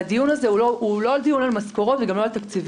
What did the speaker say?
והדיון הזה הוא לא דיון על משכורות וגם לא על תקציבים,